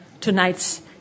tonight's